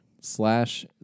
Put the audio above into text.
slash